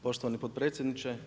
Poštovani potpredsjedniče.